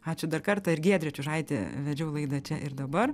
ačiū dar kartą ir giedrė čiužaitė vedžiau laidą čia ir dabar